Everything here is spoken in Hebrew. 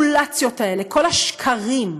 המניפולציות האלה, כל השקרים,